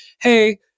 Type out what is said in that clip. hey